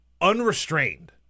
unrestrained